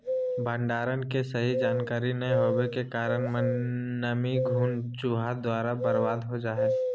भंडारण के सही जानकारी नैय होबो के कारण नमी, घुन, चूहा द्वारा बर्बाद हो जा हइ